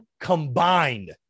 combined